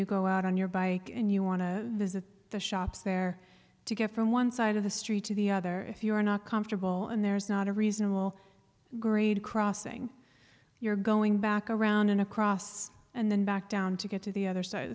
you go out on your bike and you want to visit the shops there to get from one side of the street to the other if you are not comfortable and there's not a reasonable grade crossing you're going back around and across and then back down to get to the other side of